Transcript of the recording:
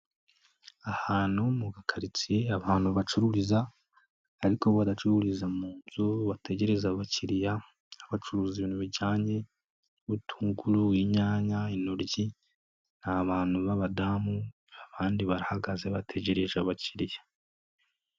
Ahantu mu Gakaritsiye abantu bacururiza ariko badacururiza mu nzu bategereza abakiriya, bacuruza ibintu bijyanye n'ubutunguru, inyanya, intoryi ni abantu b'abadamu, abandi barahagaze bategereje abakiriya.